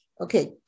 Okay